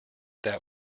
that